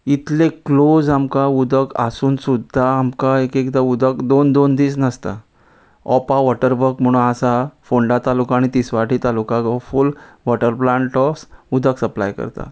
इतले क्लोज आमकां उदक आसून सुद्दा आमकां एक एकदां उदक दोन दोन दीस नासता ऑपा वॉटर वर्क म्हूण आसा फोंडा तालुका आनी तिसवाटी तालुकाक फूल वॉटर प्लांट ऑफ उदक सप्लाय करता